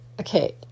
Okay